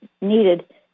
needed